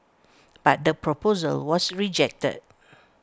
but the proposal was rejected